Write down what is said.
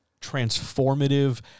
transformative